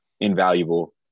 invaluable